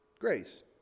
grace